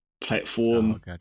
platform